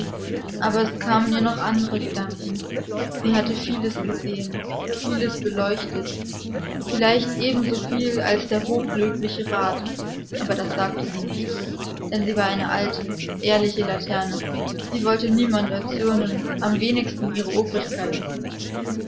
aber es kamen ihr noch andere gedanken sie hatte vieles gesehen vieles beleuchtet vielleicht ebensoviel als der hochlöbliche rat aber das sagte sie nicht denn sie war eine alte ehrliche laterne sie wollte niemand erzürnen am wenigsten ihre obrigkeit